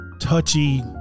touchy